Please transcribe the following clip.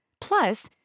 Plus